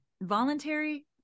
voluntary